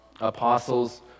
apostles